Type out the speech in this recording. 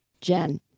Jen